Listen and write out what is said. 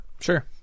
Sure